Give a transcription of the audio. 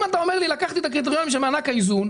אם אתה אומר לי שלקחת את הקריטריונים של מענק האיזון,